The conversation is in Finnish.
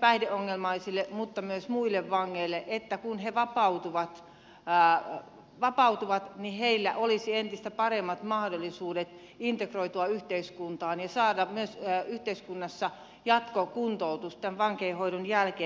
päihdeongelmaisille mutta myös muille vangeille niin että kun he vapautuvat heillä olisi entistä paremmat mahdollisuudet integroitua yhteiskuntaan ja saada myös yhteiskunnassa jatkokuntoutusta tämän vankeinhoidon jälkeen